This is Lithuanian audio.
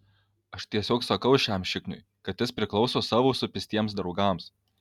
aš tiesiog sakau šiam šikniui kad jis priklauso savo supistiems draugams